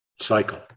cycle